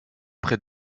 près